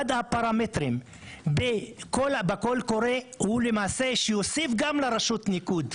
אחד הפרמטרים בקול הקורא הוא למעשה שיוסיף גם לרשות ניקוד,